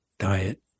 diet